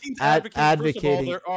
advocating